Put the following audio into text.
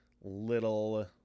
little